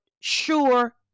sure